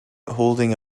holding